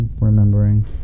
remembering